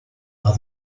are